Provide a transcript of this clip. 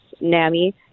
NAMI